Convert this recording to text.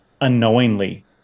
unknowingly